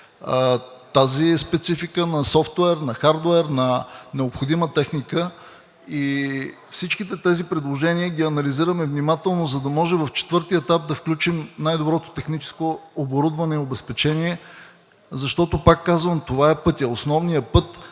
тази специфика на софтуер, на хардуер, на необходима техника и всичките тези предложения ги анализираме внимателно, за да може в четвъртия етап да включим най-доброто техническо оборудване и обезпечение. Защото, пак казвам, това е пътят – основният път